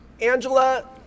Angela